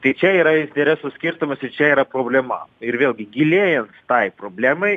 tai čia yra interesų skirtumas ir čia yra problema ir vėlgi gilėjant tai problemai